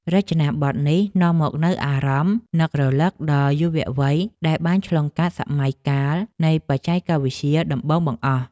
រចនាប័ទ្មនេះនាំមកនូវអារម្មណ៍នឹករលឹកដល់យុវវ័យដែលបានឆ្លងកាត់សម័យកាលនៃបច្ចេកវិទ្យាដំបូងបង្អស់។